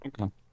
Okay